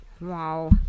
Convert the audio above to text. Wow